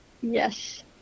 Yes